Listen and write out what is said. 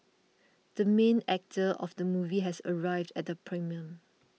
the main actor of the movie has arrived at the premiere